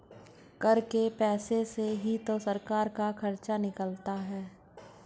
कर के पैसे से ही तो सरकार का खर्चा निकलता है